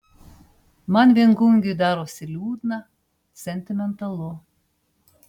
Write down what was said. man viengungiui darosi liūdna sentimentalu